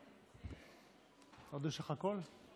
עוד יש לך קול?